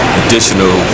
additional